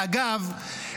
אגב,